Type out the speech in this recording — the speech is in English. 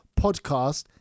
podcast